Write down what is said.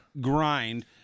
grind